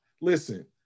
listen